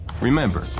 Remember